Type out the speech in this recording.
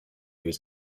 was